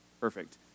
perfect